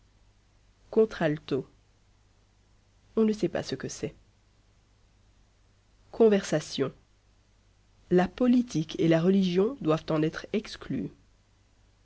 contralto on ne sait pas ce que c'est conversation la politique et la religion doivent en être exclues